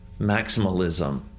maximalism